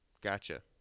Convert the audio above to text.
Gotcha